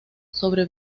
sobre